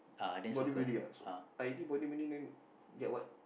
bodybuilding ah so I did bodybuilding then ya what